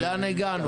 לאן הגענו?